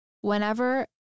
whenever